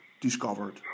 discovered